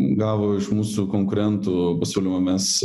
gavo iš mūsų konkurentų pasiūlymų mes